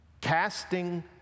casting